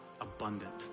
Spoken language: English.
abundant